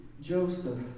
Joseph